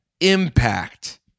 Impact